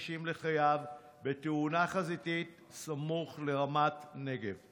ה-60 לחייו בתאונה חזיתית סמוך לרמת נגב.